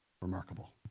remarkable